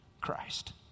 Christ